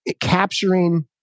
capturing